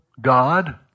God